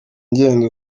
ngenda